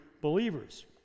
believers